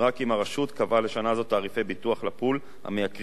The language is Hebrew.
קבעה לשנה זו תעריפי ביטוח ל"פול" המייקרים את התעריף